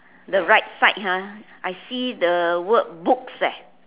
the right side ah I see the word books eh